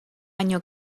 año